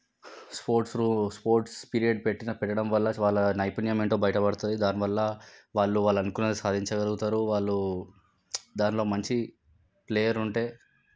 స్పోర్ట్స్లో sports period పెట్టిన పెట్టడం వల్ల వాళ్ళ నైపుణ్యం ఏంటో బయట పడతుంది దానివల్ల వాళ్ళు వాళ్ళ అనుకున్నది సాధించగలుగుతారు వాళ్ళు దాంట్లో మంచి ప్లేయర్ ఉంటే